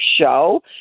show